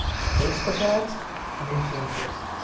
facebook ads and influencers.